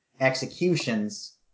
executions